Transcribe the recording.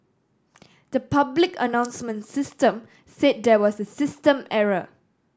the public announcement system said there was a system error